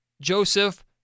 Joseph